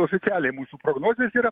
oficialiai mūsų prognozės yra